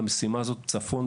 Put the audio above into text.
צפון,